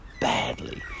badly